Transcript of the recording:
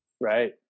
right